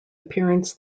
appearance